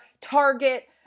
Target